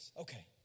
Okay